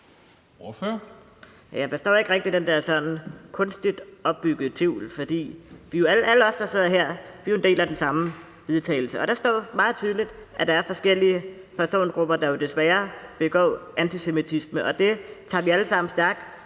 forstår ikke rigtig den der sådan kunstigt opbyggede tvivl, for alle os, der sidder her, er jo en del af det samme forslag til vedtagelse. Og der står meget tydeligt, at der er forskellige persongrupper, som jo desværre begår antisemitiske handlinger, og det tager vi alle sammen stærk